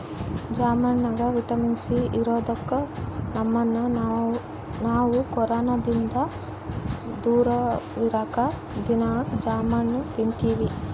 ಜಾಂಬಣ್ಣಗ vitamin C ಇರದೊಕ್ಕ ನಮ್ಮನ್ನು ನಾವು ಕೊರೊನದಿಂದ ದೂರವಿರಕ ದೀನಾ ಜಾಂಬಣ್ಣು ತಿನ್ತಿವಿ